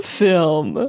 film